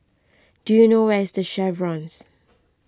do you know where is the Chevrons